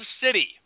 city